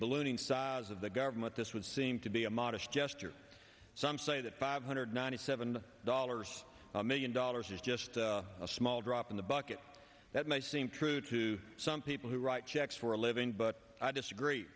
ballooning size of the government this would seem to be a modest gesture some say that five hundred ninety seven dollars million dollars is just a small drop in the bucket that may seem true to some people who write checks for a living but i